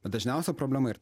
bet dažniausia problema ir